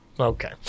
Okay